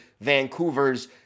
Vancouver's